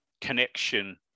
connection